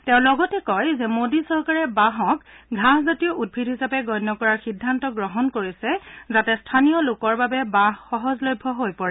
তেওঁ লগতে কয় যে মোদী চৰকাৰে বাঁহক ঘাঁহজাতীয় উদ্ভিদ হিচাপে গণ্য কৰাৰ সিদ্ধান্ত গ্ৰহণ কৰিছে যাতে স্থানীয় লোকৰ বাবে বাঁহ সহজলভ্য হৈ পৰে